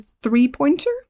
three-pointer